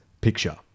picture